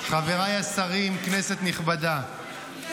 לכם כדי שיוכל להתחיל לדבר.